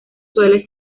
suele